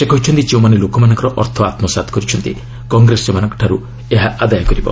ସେ କହିଛନ୍ତି ଯେଉଁମାନେ ଲୋକମାନଙ୍କର ଅର୍ଥ ଆତ୍ମସାତ କରିଛନ୍ତି କଂଗ୍ରେସ ସେମାନଙ୍କଠାରୁ ଏହା ଆଦାୟ କରିବ